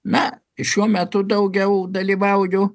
na šiuo metu daugiau dalyvauju